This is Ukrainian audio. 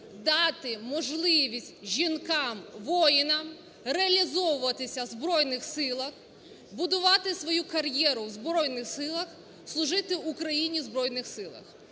дати можливість жінкам-воїнам реалізовуватись в Збройних Силах, будувати свою кар'єру в Збройних Силах, служити Україні в Збройних Силах.